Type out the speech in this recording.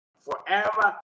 forever